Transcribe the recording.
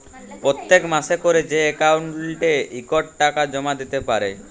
পত্তেক মাসে ক্যরে যে অক্কাউল্টে ইকট টাকা জমা দ্যিতে পারে